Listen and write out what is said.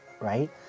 right